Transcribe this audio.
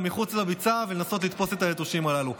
מחוץ לביצה ולנסות לתפוס את היתושים הללו.